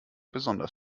besonders